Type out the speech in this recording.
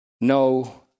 no